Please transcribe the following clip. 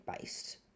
based